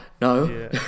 No